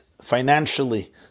financially